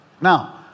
Now